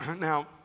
Now